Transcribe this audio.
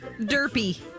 Derpy